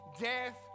death